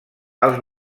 els